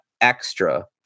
extra